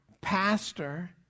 pastor